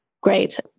great